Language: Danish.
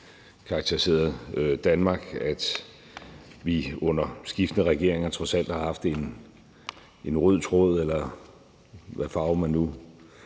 altid karakteriseret Danmark, at vi under skiftende regeringer trods alt har haft en rød tråd, eller hvad farve man nu